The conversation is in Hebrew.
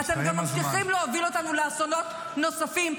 -- אתם גם ממשיכים להוביל אותנו לאסונות נוספים.